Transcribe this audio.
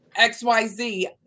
XYZ